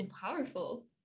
powerful